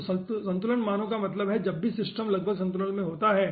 तो संतुलन मानों का मतलब है जब भी सिस्टम लगभग संतुलन में होता है